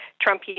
Trump